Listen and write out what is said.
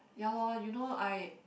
ya lor you know I